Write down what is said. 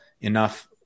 enough